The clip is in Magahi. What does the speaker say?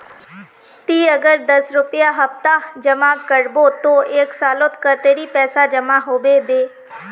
ती अगर दस रुपया सप्ताह जमा करबो ते एक सालोत कतेरी पैसा जमा होबे बे?